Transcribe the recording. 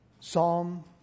Psalm